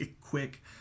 quick